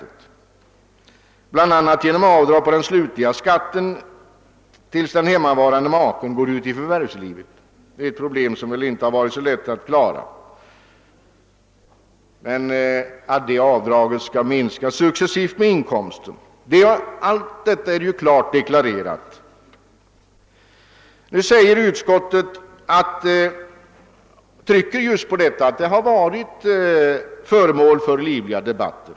Det blir bl.a. avdrag på den slutliga skatten tills den hemmavarande maken går ut i förvärvslivet, och detta avdrag skall minskas successivt alltefter inkomsten. Problemet har som sagt inte varit lätt att lösa, men allt detta är klart deklarerat. Utskottet trycker på att frågan varit föremål för livliga debatter.